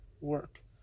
work